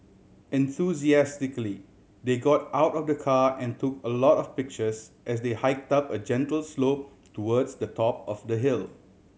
enthusiastically they got out of the car and took a lot of pictures as they hiked up a gentle slope towards the top of the hill